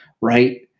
Right